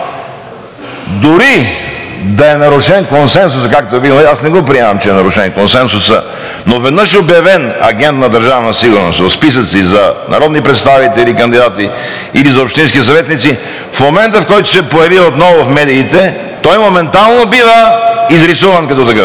дори да е нарушен консенсусът, аз не го приемам, че е нарушен консенсусът, но веднъж обявен агент на Държавна сигурност, в списъци за народни представители и кандидати или за общински съветници, в момента, в който се появи отново в медиите, той моментално бива изрисуван като такъв.